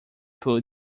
polo